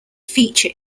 feature